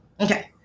okay